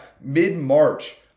mid-March